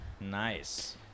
Nice